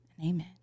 amen